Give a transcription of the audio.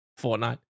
Fortnite